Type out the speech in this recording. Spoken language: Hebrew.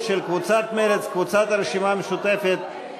קבוצת סיעת מרצ, של חברי הכנסת דב חנין,